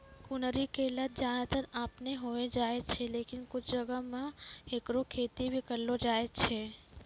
कुनरी के लत ज्यादातर आपनै होय जाय छै, लेकिन कुछ जगह मॅ हैकरो खेती भी करलो जाय छै